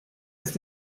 ist